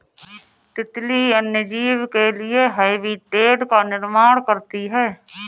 तितली अन्य जीव के लिए हैबिटेट का निर्माण करती है